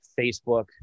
facebook